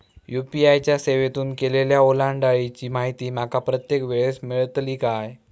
UPI च्या सेवेतून केलेल्या ओलांडाळीची माहिती माका प्रत्येक वेळेस मेलतळी काय?